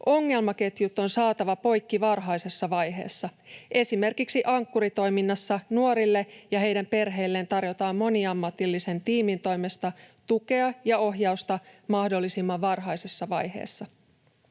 Ongelmaketjut on saatava poikki varhaisessa vaiheessa. Esimerkiksi Ankkuri-toiminnassa nuorille ja heidän perheilleen tarjotaan moniammatillisen tiimin toimesta tukea ja ohjausta mahdollisimman varhaisessa vaiheessa.